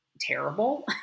terrible